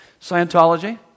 Scientology